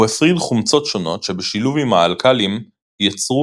הוא הפריד חומצות שונות שבשילוב עם האלקלים יצרו